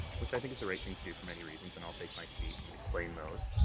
which i think is the right thing to do for many reasons, and i'll take my seat and explain those,